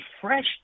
fresh